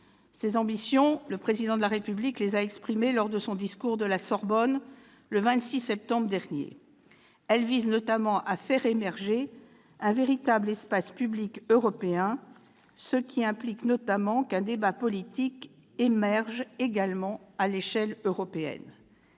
Ces ambitions, le Président de la République les a exprimées lors de son discours de la Sorbonne, le 26 septembre dernier. Elles visent notamment à faire émerger un véritable espace public européen ce qui implique notamment qu'un débat politique émerge également à l'échelle européenne.